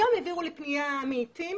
היום העבירו לי פנייה מעתים